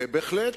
בהחלט,